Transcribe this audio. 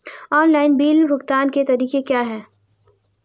Online bill भुगतान के तरीके क्या हैं?